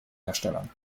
herstellern